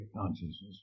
consciousness